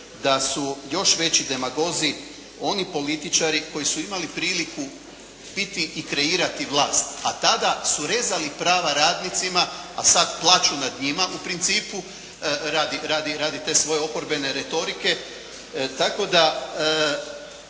da su još veći demagozi oni političari koji su imali priliku biti i kreirati vlast, a tada su rezali prava radnicima a sada plaću nad njima u principu radi te svoje oporbene retorike. Tako da